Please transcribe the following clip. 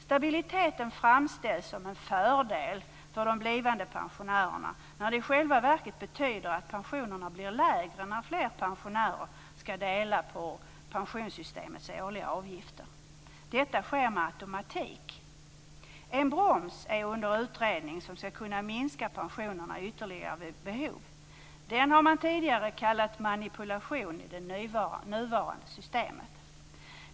Stabiliteten framställs som en fördel för de blivande pensionärerna, när det i själva verket betyder att pensionerna blir lägre när fler pensionärer skall dela på pensionssystemets årliga avgifter. Detta sker med automatik. En "broms" är under utredning, som skall kunna minska pensionerna ytterligare vid behov. Detta har kallats manipulation i det nuvarande systemet.